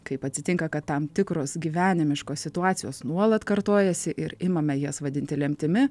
kaip atsitinka kad tam tikros gyvenimiškos situacijos nuolat kartojasi ir imame jas vadinti lemtimi